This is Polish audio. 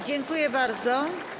Dziękuję bardzo.